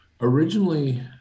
originally